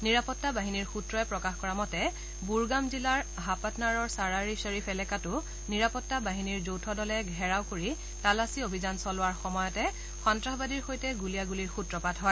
নিৰাপত্তা বাহিনীৰ সূত্ৰই প্ৰকাশ কৰা মতে বুড়গাম জিলাৰ হাপাট্নাৰৰ চাৰাৰ ই শ্বৰীফ এলেকাটো নিৰাপত্তা ৰাহিনীৰ যৌথ দলে ঘেৰাও কৰি তালাচী অভিযান চলোৱাৰ সময়তে সন্ত্ৰাসবাদীৰ সৈতে গুলীয়াগুলীৰ সূত্ৰপাত হয়